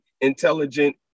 intelligent